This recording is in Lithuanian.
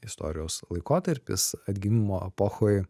istorijos laikotarpis atgimimo epochoj